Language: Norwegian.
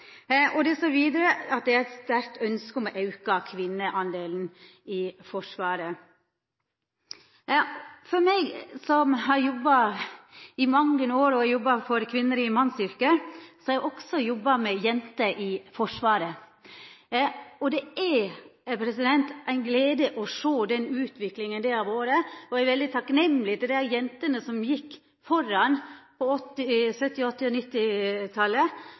unntak». Det står vidare at det er eit sterkt ønske «om å øke kvinneandelen» i Forsvaret. Eg som har jobba i mange år, og har jobba for kvinner i mannsyrke, har også jobba med jenter i Forsvaret. Det er ei glede å sjå den utviklinga det har vore, og eg vil seia til jentene som gjekk foran på 1970-, 1980- og 1990-talet, at eg er veldig takknemleg – også med omsyn til det som ein har fått til per i